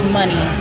money